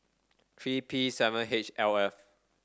three P seven H L F